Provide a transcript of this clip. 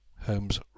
holmes